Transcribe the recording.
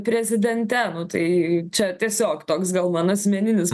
prezidente tai čia tiesiog toks gal mano asmeninis